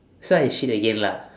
so I shit again lah